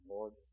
Lord